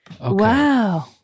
Wow